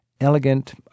elegant